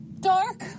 dark